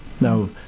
Now